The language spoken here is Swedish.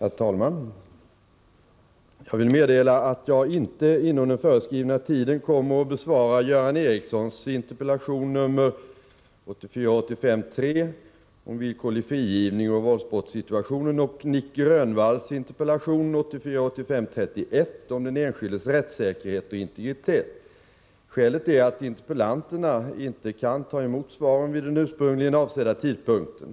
Herr talman! Jag vill meddela att jag inte inom den föreskrivna tiden kommer att besvara Göran Ericssons interpellation 1984 85:31 om den enskildes rättssäkerhet och integritet. Skälet är att interpellanterna inte kan ta emot svaren vid den ursprungligen avsedda tidpunkten.